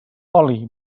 oli